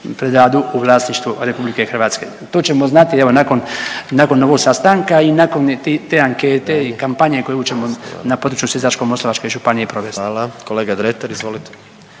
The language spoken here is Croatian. predadu u vlasništvo Republike Hrvatske. To ćemo znati evo nakon ovog sastanka i te ankete i kampanje koju ćemo na području Sisačko-moslavačke županije provesti. **Jandroković, Gordan